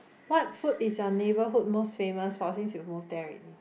what food is your neighborhood most famous for since you've moved there already